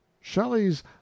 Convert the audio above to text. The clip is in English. shelley's